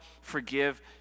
forgive